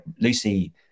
Lucy